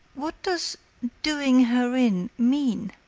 what does doing her in mean?